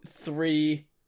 three